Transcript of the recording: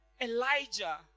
Elijah